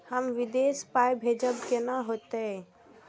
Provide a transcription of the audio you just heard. हम विदेश पाय भेजब कैना होते?